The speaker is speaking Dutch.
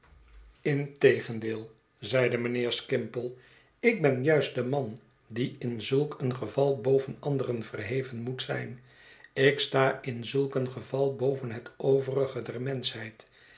integendeel zeide mijnheer skimpole ik ben juist de man die in zulk een geval boven anderen verheven moet zijn ik sta in zulk een geval boven het overige der menschheid